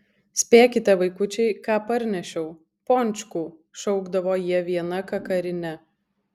spėkite vaikučiai ką parnešiau pončkų šaukdavo jie viena kakarine